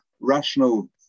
rational